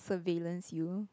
pervilens you